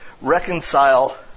reconcile